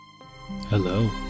Hello